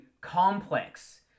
complex